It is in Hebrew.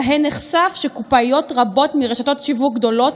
ובהן נחשף שקופאיות רבות ברשתות שיווק גדולות,